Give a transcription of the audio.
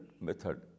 method